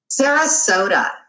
Sarasota